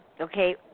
Okay